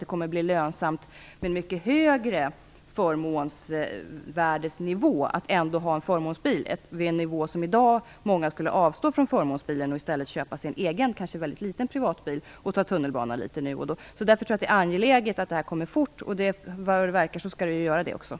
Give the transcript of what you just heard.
Det kommer att bli lönsamt först vid en mycket högre förmånsvärdesnivå för en förmånsbil. Med en sådan nivå skulle många i dag avstå från förmånsbilen och i stället köpa sig en privatbil, kanske en mycket liten sådan, och börja anlita tunnelbanan. Mot denna bakgrund är det angeläget att åtgärderna kommer fort, och som det verkar skall så också bli fallet.